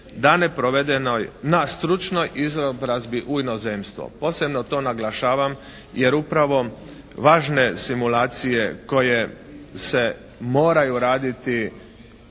dane provedenoj na stručnoj izobrazbi u inozemstvo. Posebno to naglašavam jer upravo važne simulacije koje se moraju raditi